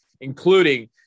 including